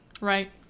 Right